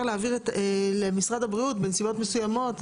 להעביר למשרד הבריאות בנסיבות מסוימות,